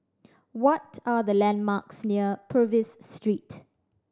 what are the landmarks near Purvis Street